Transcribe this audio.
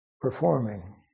performing